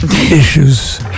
Issues